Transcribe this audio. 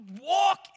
walk